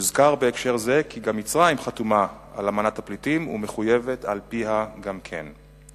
יוזכר בהקשר זה כי גם מצרים חתומה על האמנה ומחויבת על-פיה גם כן.